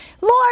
Lord